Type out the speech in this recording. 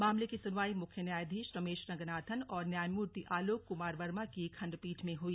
मामले की सुनवाई मुख्य न्यायधीश रमेश रंगनाथन और न्यायमूर्ति आलोक कुमार वर्मा की खण्डपीठ में हुई